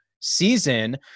season